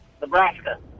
Nebraska